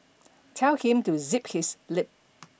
tell him to zip his lip